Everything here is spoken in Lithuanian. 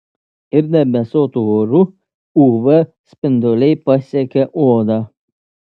ir debesuotu oru uv spinduliai pasiekia odą